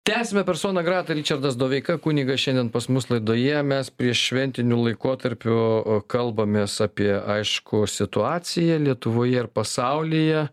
tęsiame personą gratą ričardas doveika kunigas šiandien pas mus laidoje mes prieššventiniu laikotarpiu kalbamės apie aišku situaciją lietuvoje ir pasaulyje